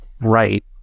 right